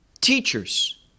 teachers